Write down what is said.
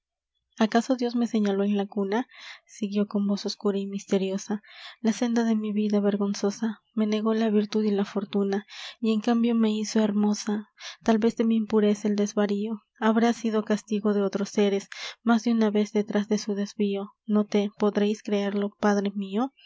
acaso dios me señaló en la cuna siguió con voz oscura y misteriosa la senda de mi vida vergonzosa me negó la virtud y la fortuna y en cambio me hizo hermosa tal vez de mi impureza el desvarío habrá sido castigo de otros séres más de una vez detrás de su desvío noté podreis creerlo padre mio